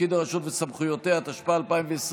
ותפקידי הרשות וסמכויותיה), התשפ"א 2020,